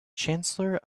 chancellor